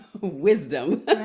wisdom